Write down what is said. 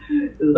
ya